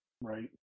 Right